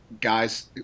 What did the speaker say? guys